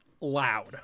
loud